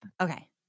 Okay